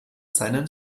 seinen